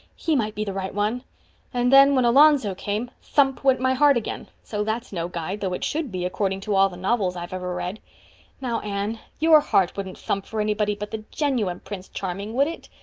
he might be the right one and then, when alonzo came, thump went my heart again. so that's no guide, though it should be, according to all the novels i've ever read now, anne, your heart wouldn't thump for anybody but the genuine prince charming, would it?